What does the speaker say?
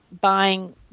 buying